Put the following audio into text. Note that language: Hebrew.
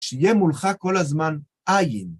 שיהיה מולך כל הזמן עין.